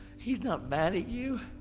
he's not mad at you.